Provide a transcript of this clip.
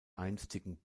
einstigen